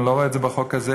אני לא רואה את זה בחוק הזה,